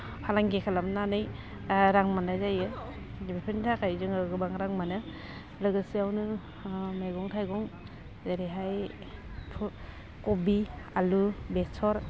फालांगि खालामनानै रां मोन्नाय जायो बेफोरनि थाखाय जोङो गोबां रां मोनो लोगोसेआवनो मैगं थाइगं जेरैहाय कबि आलु बेसर